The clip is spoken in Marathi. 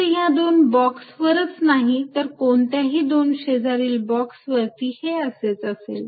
फक्त ह्या दोन बॉक्स वरच नाही तर कोणत्याही दोन शेजारील बॉक्स वरती ही असेच असेल